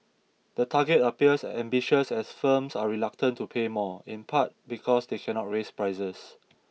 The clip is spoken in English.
the target appears ambitious as firms are reluctant to pay more in part because they cannot raise prices